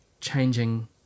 changing